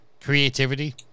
creativity